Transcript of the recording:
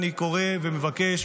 לכן אני קורא ומבקש,